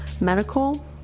medical